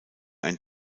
ein